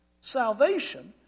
salvation